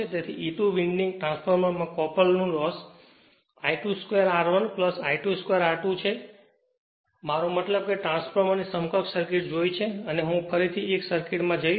તેથી E2 winding ટ્રાન્સફોર્મરમાં કોપરનું loss I2 2 R1 I2 2 R2 છે મારો મતલબ કે આપણે ટ્રાન્સફોર્મરની સમકક્ષ સર્કિટ જોઇ છે અને હું ફરીથી 1 સર્કિટમાં જઈશ